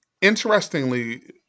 interestingly